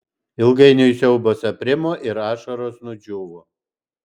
ilgainiui siaubas aprimo ir ašaros nudžiūvo